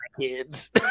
kids